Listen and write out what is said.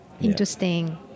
interesting